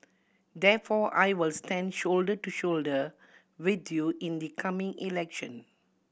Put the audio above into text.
therefore I will stand shoulder to shoulder with you in the coming election